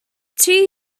two